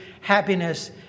happiness